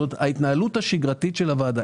זאת ההתנהלות השגרתית של הוועדה.